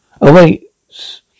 awaits